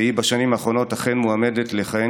ובשנים האחרונות היא אכן מועמדת לכהן